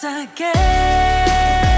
again